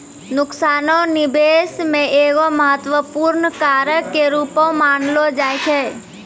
नुकसानो निबेश मे एगो महत्वपूर्ण कारक के रूपो मानलो जाय छै